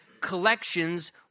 collections